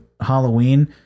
Halloween